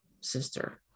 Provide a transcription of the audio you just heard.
sister